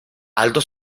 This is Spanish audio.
aldo